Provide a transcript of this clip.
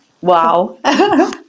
Wow